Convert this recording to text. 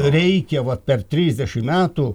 reikia va per trisdešim metų